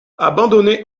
abandonnées